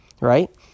right